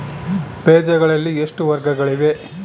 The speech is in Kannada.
ಬೇಜಗಳಲ್ಲಿ ಎಷ್ಟು ವರ್ಗಗಳಿವೆ?